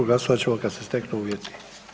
Glasovat ćemo kad se steknu uvjeti.